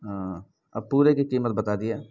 ہاں اب پورے کی قیمت بتا دیجیے